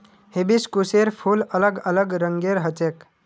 हिबिस्कुसेर फूल अलग अलग रंगेर ह छेक